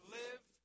live